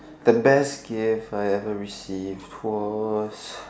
the best gift I ever received was